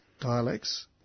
dialects